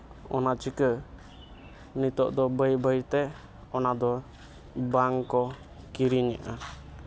ᱚᱱᱟ ᱪᱤᱠᱟᱹ ᱱᱤᱛᱚᱜ ᱫᱚ ᱵᱟᱹᱭ ᱵᱟᱹᱭᱛᱮ ᱚᱱᱟ ᱫᱚ ᱵᱟᱝ ᱠᱚ ᱠᱤᱨᱤᱧᱮᱜᱼᱟ